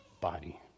body